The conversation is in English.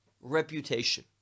reputation